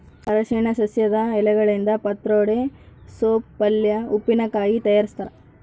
ಅರಿಶಿನ ಸಸ್ಯದ ಎಲೆಗಳಿಂದ ಪತ್ರೊಡೆ ಸೋಪ್ ಪಲ್ಯೆ ಉಪ್ಪಿನಕಾಯಿ ತಯಾರಿಸ್ತಾರ